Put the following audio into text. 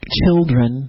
children